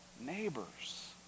neighbors